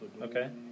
Okay